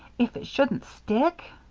if it shouldn't stick?